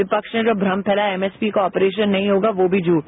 विपक्षी ने भ्रम फैलाया एमएसपी का ऑप्रेशन नहीं होगा वो भी झूठ